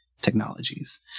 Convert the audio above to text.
technologies